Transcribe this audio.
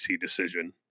decision